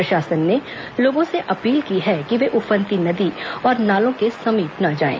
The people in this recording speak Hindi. प्रशासन ने लोगों से अपील की है कि वे उफनती नदी और नालों के समीप ना जाएं